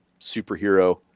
superhero